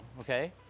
okay